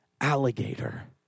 alligator